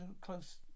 close